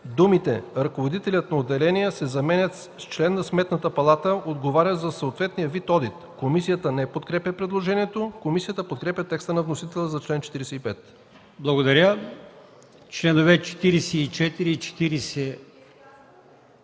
думите „ръководителят на отделение” се заменят с „член на Сметната палата, отговарящ за съответния вид одит”. Комисията не подкрепя предложението. Комисията подкрепя текста на вносителя за чл. 45. ПРЕДСЕДАТЕЛ АЛИОСМАН